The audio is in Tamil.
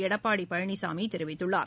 எடப்பாடி பழனிசாமி தெரிவித்துள்ளர்